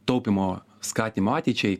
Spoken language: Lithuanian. taupymo skatinimo ateičiai